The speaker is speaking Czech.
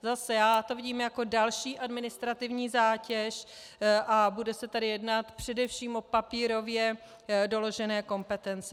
Zase, já to vidím jako další administrativní zátěž a bude se tady jednat především o papírově doložené kompetence.